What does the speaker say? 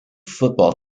football